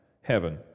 heaven